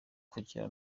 kwigira